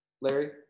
Larry